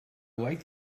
like